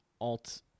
alt